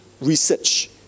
research